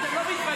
אתם לא מתביישים?